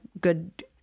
good